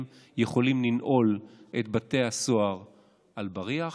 יכולים לנעול את בתי הסוהר על בריח